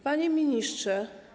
Panie Ministrze!